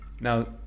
now